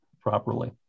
properly